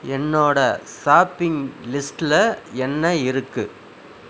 என்னோடய சாப்பிங் லிஸ்ட்டில் என்ன இருக்குது